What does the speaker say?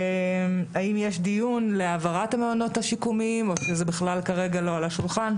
האם יש דיון להעברת המעונות השיקומיים או שזה בכלל כרגע לא על השולחן.